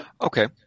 Okay